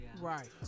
right